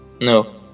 No